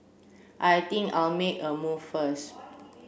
I think I'll make a move first